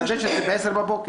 מחדשת את זה ב-10:00.